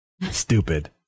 Stupid